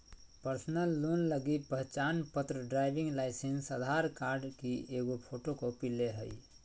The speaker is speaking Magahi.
पर्सनल लोन लगी पहचानपत्र, ड्राइविंग लाइसेंस, आधार कार्ड की एगो फोटोकॉपी ले हइ